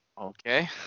Okay